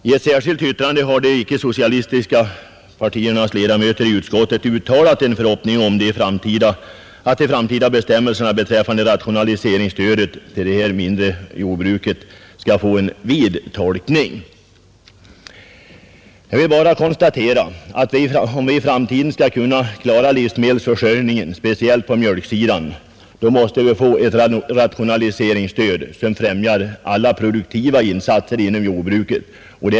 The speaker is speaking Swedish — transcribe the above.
I ett särskilt yttrande har dock de icke socialistiska partiernas ledamöter i utskottet uttalat en förhoppning att de framtida bestämmelserna om rationaliseringsstödet till det mindre jordbruket skall få en vid tolkning. Jag vill bara konstatera att om vi i framtiden skall kunna klara livsmedelsförsörjningen, speciellt på mjölksidan, måste vi få ett rationaliseringsstöd som främjar alla produktiva insatser inom jordbruket.